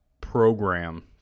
program